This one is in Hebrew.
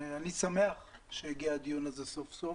אני שמח שהגיע הדיון הזה סוף סוף,